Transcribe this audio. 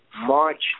March